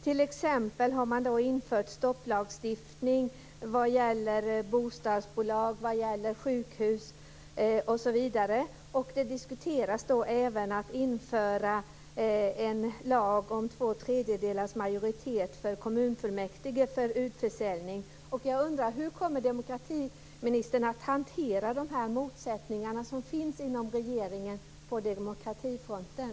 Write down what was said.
T.ex. har man infört en stopplagstiftning när det gäller bostadsbolag, sjukhus, osv., och man diskuterar även att införa en lag om två tredjedelars majoritet för kommunfullmäktige när det gäller utförsäljning. Hur kommer demokratiministern att hantera de motsättningar som finns inom regeringen på demokratifronten?